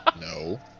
No